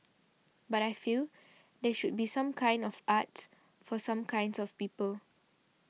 but I feel there should be some kinds of arts for some kinds of people